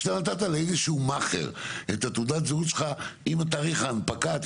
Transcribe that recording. כשאתה נתת לאיזשהו מאכער את תעודת הזהות שלך עם תאריך ההנפקה,